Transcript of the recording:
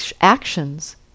actions